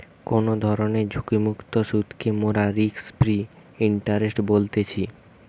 কোনো ধরণের ঝুঁকিমুক্ত সুধকে মোরা রিস্ক ফ্রি ইন্টারেস্ট বলতেছি